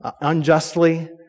unjustly